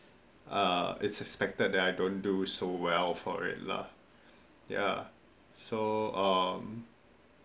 err is expected that I don't do so well for it lah ya so hmm